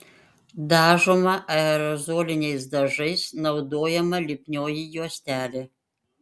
dažoma aerozoliniais dažais naudojama lipnioji juostelė